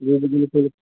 جی جی بالکل